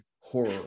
horror